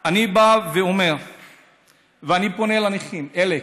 אני בא ואומר ואני פונה לנכים, אלכס,